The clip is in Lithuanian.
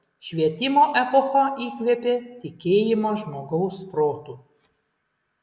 švietimo epocha įkvėpė tikėjimą žmogaus protu